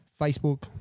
Facebook